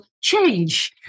change